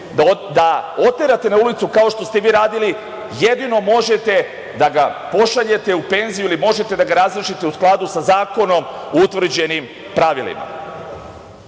da oterate na ulicu, kao što ste vi radili, jedino možete da ga pošaljete u penziju ili možete da ga razrešite u skladu sa zakonom utvrđenim pravilima. Ja